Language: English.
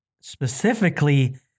specifically